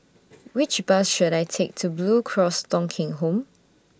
Which Bus should I Take to Blue Cross Thong Kheng Home